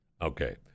Okay